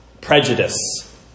Prejudice